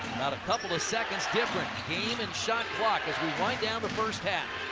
a couple of seconds difference game and shot clock, as we wind down the first half.